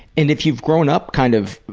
and if you've grown up kind of